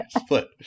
split